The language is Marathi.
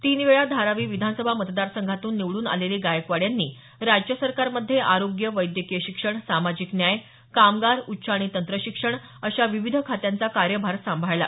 तीन वेळा धारावी विधानसभा मतदारसंघातून निवडून आलेले गायकवाड यांनी राज्य सरकारमध्ये आरोग्य वैद्यकीय शिक्षण सामाजिक न्याय कामगार उच्च आणि तंत्रशिक्षण अशा विविध खात्यांचा कार्यभार सांभाळला